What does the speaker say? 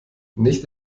nicht